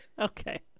Okay